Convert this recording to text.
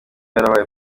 yarabaye